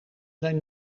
zijn